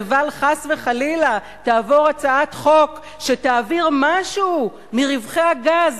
לבל תעבור חס וחלילה הצעת חוק שתעביר משהו מרווחי הגז,